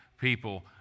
people